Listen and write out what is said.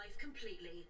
completely